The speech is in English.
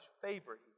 favor